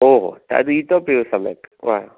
ओ हो तत इतोऽपि सम्यक्